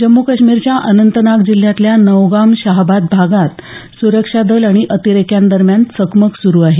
जम्मू काश्मीरच्या अनंतनाग जिल्ह्यातल्या नौगाम शाहबाद भागात सुरक्षा दल आणि अतिरेक्यांदरम्यान चकमक सुरू आहे